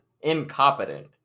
Incompetent